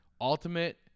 ultimate